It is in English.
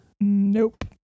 Nope